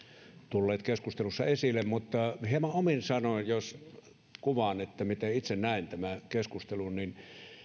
tulleet keskustelussa esille hieman omin sanoin jos kuvaan miten itse näen tämän keskustelun niin